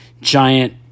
giant